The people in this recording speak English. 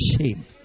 shame